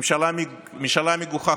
ממשלה מגוחכת.